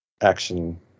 action